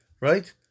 right